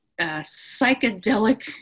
psychedelic